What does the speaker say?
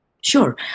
Sure